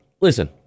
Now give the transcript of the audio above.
Listen